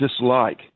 dislike